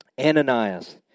Ananias